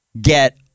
get